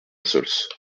saulce